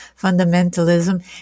fundamentalism